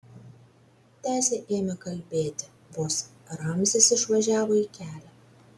tęsė ėmė kalbėti vos ramzis išvažiavo į kelią